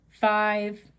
five